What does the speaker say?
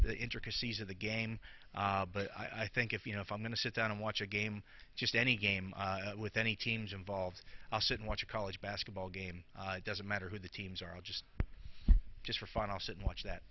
intricacies of the game but i think if you know if i'm going to sit down and watch a game just any game with any teams involved i'll sit and watch a college basketball game doesn't matter who the teams are i just just for fun i'll sit and watch that